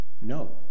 no